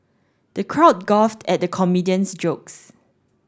the crowd at the comedian's jokes